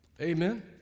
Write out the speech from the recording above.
Amen